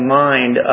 mind